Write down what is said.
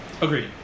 Agreed